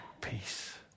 Peace